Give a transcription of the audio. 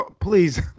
please